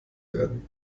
werden